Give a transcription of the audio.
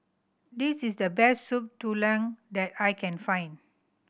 this is the best Soup Tulang that I can find